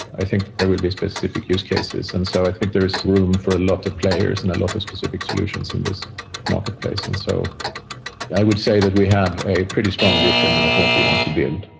i think there will be a specific use cases. and so i think there is room for a lot of players and a lot of specific solutions in this marketplace. and so i would say that we have a pretty strong vision of what we want to build.